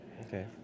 Okay